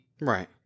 Right